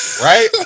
Right